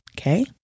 Okay